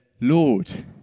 Lord